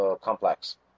complex